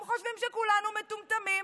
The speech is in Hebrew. הם חושבים שכולנו מטומטמים.